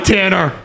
Tanner